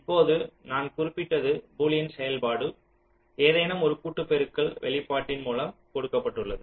இப்போது நான் குறிப்பிட்டது பூலியன் செயல்பாடு ஏதேனும் ஒரு கூட்டு பெருக்கல் வெளிப்பாட்டின் மூலம் கொடுக்கப்பட்டுள்ளது